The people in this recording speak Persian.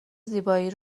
زیبایی